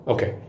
Okay